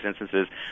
instances